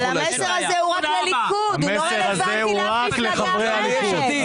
המסר הזה הוא רק לחברי הליכוד.